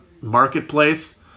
marketplace